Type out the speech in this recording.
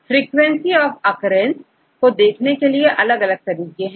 frequency of occurrence को देखने के लिए अलग अलग तरीके हैं